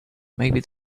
maybe